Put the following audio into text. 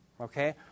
Okay